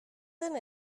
zen